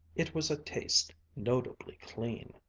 it was a taste notably clean.